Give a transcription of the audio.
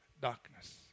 darkness